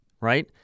Right